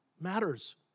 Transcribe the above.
matters